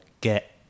get